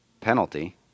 Penalty